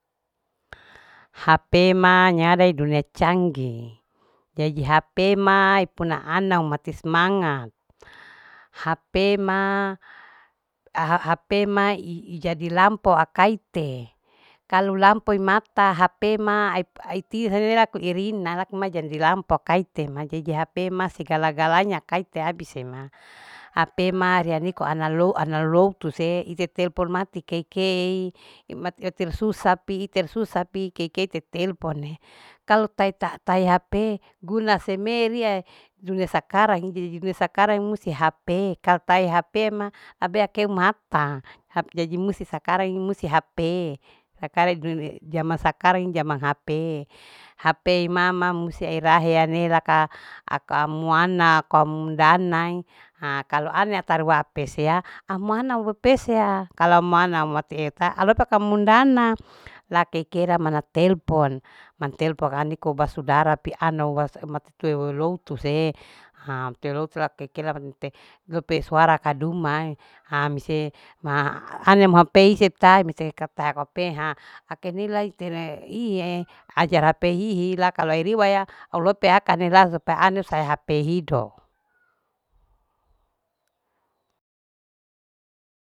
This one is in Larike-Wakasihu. Hp ma nyada idunia canggi jadi hp ma ipuna ana mati semangat hp ma jadi lampau akaite kalu lampaui mata hp ma ai tiho laku irina laku mai jadi lampau kaite ma jadi hp ma segalagalanya kaite abise ma hp ma rea niko ana lou ana lou tuse ite telpon mati kei kei mati iter susa pi iter susa pi kei kei te telpon'e kalau tai ta tai hp guna seme ria dunia sakarang ini jadi dunia sakarang ini musti hp kau tae hp ma tabea keu mata hp jadi musti sakarang ini musti hp sakarang jaman sakarang ini jaman hp. Hp imama musti erahe iya ne laka aka muana akoa mundana kalu ana taru wape sea amuana wa pesea kalau muana mati eu ta'a alopa kamu ndana la kei kira mana telpon mantelpon kang niko basudara pi anau wasa mati teu loutu se'e teu louto lupe suara kaduma'e misei ma ane muha pei setae mise kata kapae kope ake nilai tene iye ajar hp hihi la kalu aeri waya au lope aka ane la supaya ane sa hp hidop